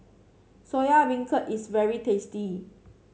Soya Beancurd is very tasty